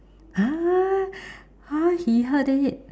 !huh! !huh! he heard it